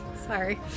Sorry